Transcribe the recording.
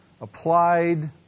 applied